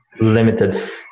limited